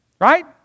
Right